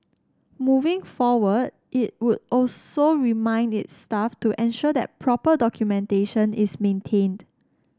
moving forward it would also remind its staff to ensure that proper documentation is maintained